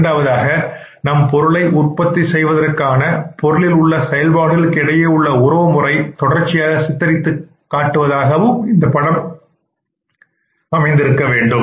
இரண்டாவதாக நம் பொருளை உற்பத்தி செய்வதற்கான பொருளில் உள்ள செயல்பாடுகளுக்கு இடையே இருக்கக்கூடிய உறவுமுறை தொடர்ச்சியாக சித்தரித்துக் காட்டுவதாக இந்த படம் அமைந்திருக்க வேண்டும்